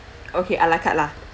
okay a la carte lah